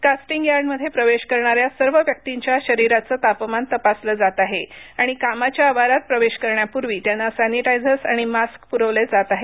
casting यार्डमध्ये प्रवेश करणाऱ्या सर्व व्यक्तींच्या शरीराचं तापमान तपासलं जात आहे आणि कामाच्या आवारात प्रवेश करण्यापूर्वी त्यांना सॅनिटायझर्स आणि मास्कपुरविले जात आहेत